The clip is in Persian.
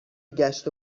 گشت